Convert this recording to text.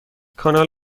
کانال